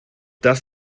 das